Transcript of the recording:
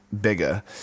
bigger